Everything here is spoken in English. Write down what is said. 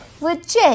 Legit